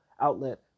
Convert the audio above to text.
outlet